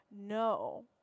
No